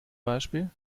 beispiel